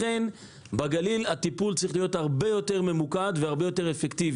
לכן בגליל הטיפול צריך להיות הרבה יותר ממוקד ואפקטיבי.